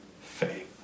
faith